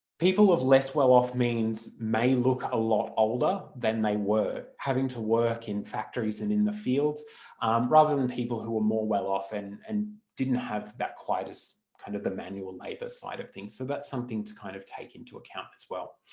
people of less well-off means may look a lot older than they were, having to work in factories and in the fields rather than people who were more well off and and didn't have that quite as kind of the manual labour side of things so that's something to kind of take into account as well.